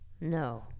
No